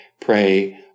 pray